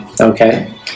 Okay